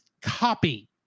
copy